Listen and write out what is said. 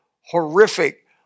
horrific